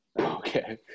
Okay